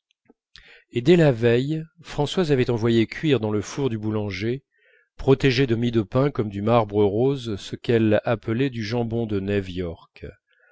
dès la veille françoise avait envoyé cuire dans le four du boulanger protégé de mie de pain comme du marbre rose ce qu'elle appelait du jambon de nev'york